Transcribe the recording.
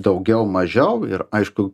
daugiau mažiau ir aišku